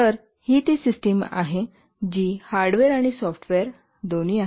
तर ही ती सिस्टिम आहे जी हार्डवेअर आणि सॉफ्टवेअर दोन्ही आहे